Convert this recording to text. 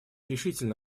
решительно